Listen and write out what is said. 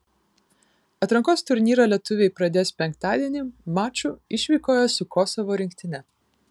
atrankos turnyrą lietuviai pradės penktadienį maču išvykoje su kosovo rinktine